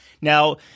now